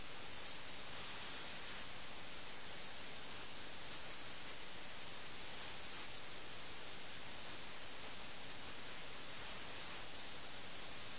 ഇവിടെ നഗരം അപകടത്തിലാണ് നിങ്ങൾ ചെക്കിനെയും മേറ്റിനെയും കുറിച്ച് മാത്രം ചിന്തിക്കുന്നു